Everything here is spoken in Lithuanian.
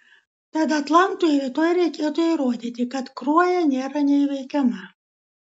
tad atlantui rytoj reikėtų įrodyti kad kruoja nėra neįveikiama